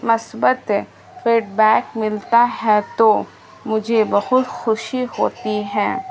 مثبت feedback ملتا ہے تو مجھے بہت خوشی ہوتی ہے